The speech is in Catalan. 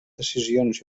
decisions